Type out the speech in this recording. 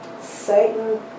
Satan